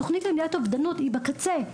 התוכנית למניעת אובדנות היא בקצה,